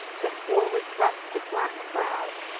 the forward thrust of black brows,